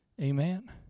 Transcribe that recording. Amen